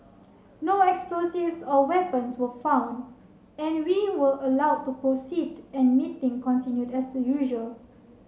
no explosives or weapons were found and we were allow to proceed and meeting continued as usual